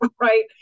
right